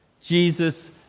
Jesus